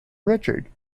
richard